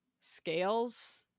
scales